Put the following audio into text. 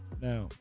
Now